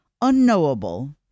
Unknowable